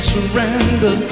Surrender